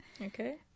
Okay